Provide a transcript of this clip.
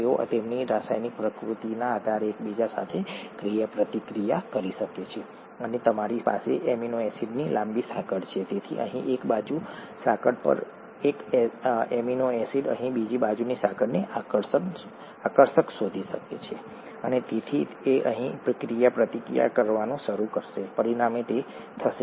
તેઓ તેમની રાસાયણિક પ્રકૃતિના આધારે એકબીજા સાથે ક્રિયાપ્રતિક્રિયા કરી શકે છે અને તમારી પાસે એમિનો એસિડની લાંબી સાંકળ છે તેથી અહીં એક બાજુની સાંકળ પર એક એમિનો એસિડ અહીં બીજી બાજુની સાંકળને આકર્ષક શોધી શકે છે અને તેથી તે અહીં ક્રિયાપ્રતિક્રિયા કરવાનું શરૂ કરશે પરિણામે તે થશે